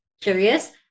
curious